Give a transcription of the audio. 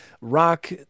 rock